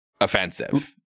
Offensive